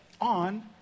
on